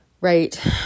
right